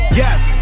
yes